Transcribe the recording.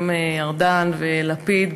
ואת השרים ארדן ולפיד.